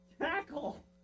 Tackle